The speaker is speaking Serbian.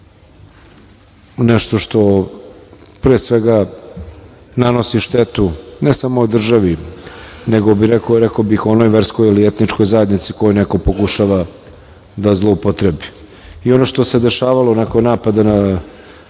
nešto što pre svega nanosi štetu, ne samo državi, nego rekao bih onoj verskoj ili etničkoj zajednici koju neko pokušava da zloupotrebi.I ono što se dešavalo nakon napada na